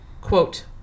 quote